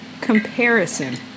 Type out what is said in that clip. comparison